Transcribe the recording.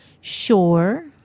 Sure